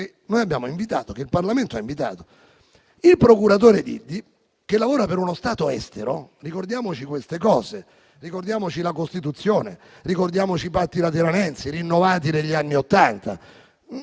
del Vaticano Diddi, che il Parlamento ha invitato. Il procuratore Diddi, che lavora per uno Stato estero (ricordiamo queste cose, ricordiamo la Costituzione, ricordiamo i Patti lateranensi, rinnovati negli anni Ottanta